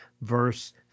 verse